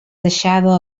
deixada